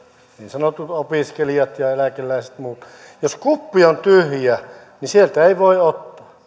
niin sanotut opiskelijat ja eläkeläiset muut jos kuppi on tyhjä niin sieltä ei voi ottaa